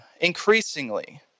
increasingly